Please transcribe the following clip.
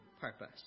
purpose